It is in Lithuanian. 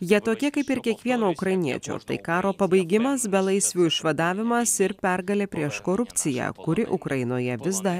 jie tokie kaip ir kiekvieno ukrainiečio tai karo pabaigimas belaisvių išvadavimas ir pergalė prieš korupciją kuri ukrainoje vis dar